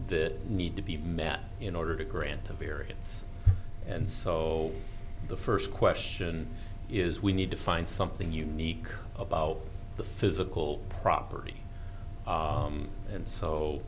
this need to be met in order to grant a variance and so the first question is we need to find something unique about the physical property and so